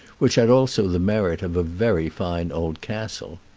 which had also the merit of a very fine old castle.